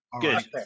Good